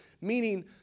meaning